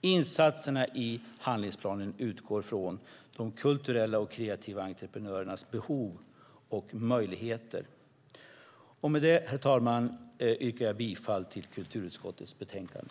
Insatserna i handlingsplanen utgår från de kulturella och kreativa entreprenörernas behov och möjligheter. Herr talman! Med detta yrkar jag bifall till förslaget i kulturutskottets betänkande.